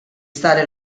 stare